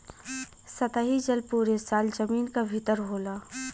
सतही जल पुरे साल जमीन क भितर होला